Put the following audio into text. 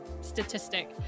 statistic